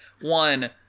One